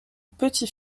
petit